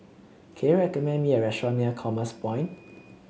can you recommend me a restaurant near Commerce Point